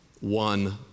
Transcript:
one